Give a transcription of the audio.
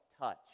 touch